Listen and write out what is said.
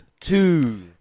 Two